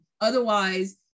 Otherwise